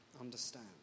understand